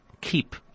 keep